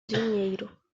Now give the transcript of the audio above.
dinheiro